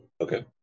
Okay